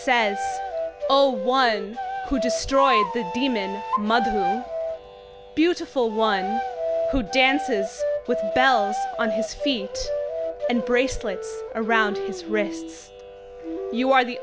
says oh one who destroyed the demon beautiful one who dances with bells on his feet and bracelets around his wrists you are the